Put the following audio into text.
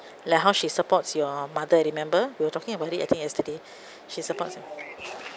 like how she supports your mother remember we were talking about it I think yesterday she supports